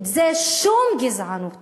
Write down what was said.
זה, שום גזענות